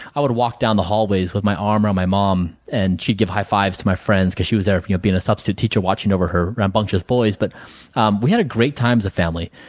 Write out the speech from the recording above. i would walk down the hallways with my arm around my mom and she would give high fives to my friends because she was there you know being a substitute teacher watching over her rambunctious boys, but we had a great time as a family.